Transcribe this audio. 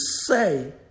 say